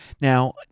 Now